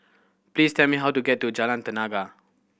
please tell me how to get to Jalan Tenaga